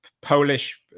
Polish